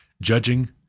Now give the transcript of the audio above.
judging